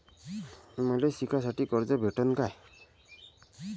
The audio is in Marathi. मले शिकासाठी कर्ज भेटन का?